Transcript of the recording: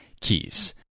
keys